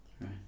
right